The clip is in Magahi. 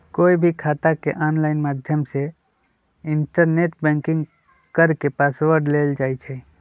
कोई भी खाता के ऑनलाइन माध्यम से इन्टरनेट बैंकिंग करके पासवर्ड लेल जाई छई